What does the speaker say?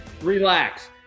Relax